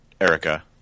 Erica